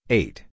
eight